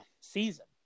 season